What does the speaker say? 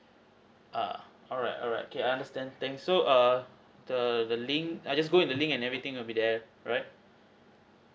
uh alright alright okay I understand thanks so err the the link I just go in the link and everything will be there right